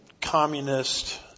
communist